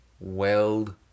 weld